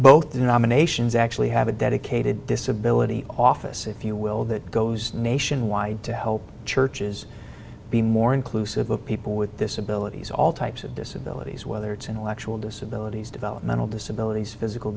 both denominations actually have a dedicated disability office if you will that goes nationwide to help churches be more inclusive of people with disabilities all types of disabilities whether it's intellectual disability developmental disabilities physical